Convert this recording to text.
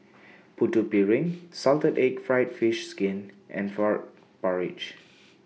Putu Piring Salted Egg Fried Fish Skin and Frog Porridge